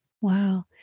Wow